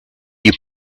you